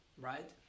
right